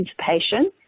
participation